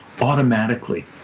automatically